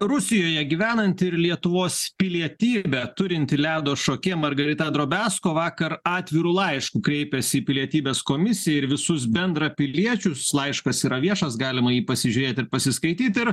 rusijoje gyvenanti ir lietuvos pilietybę turinti ledo šokėja margarita drobesko vakar atviru laišku kreipėsi į pilietybės komisiją ir visus bendrapiliečius laiškas yra viešas galima jį pasižiūrėt ir pasiskaityt ir